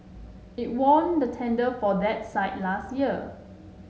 it won the tender for that site last year